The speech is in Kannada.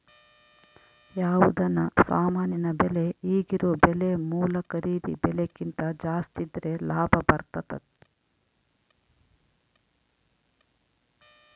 ಯಾವುದನ ಸಾಮಾನಿನ ಬೆಲೆ ಈಗಿರೊ ಬೆಲೆ ಮೂಲ ಖರೀದಿ ಬೆಲೆಕಿಂತ ಜಾಸ್ತಿದ್ರೆ ಲಾಭ ಬರ್ತತತೆ